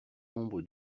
nombre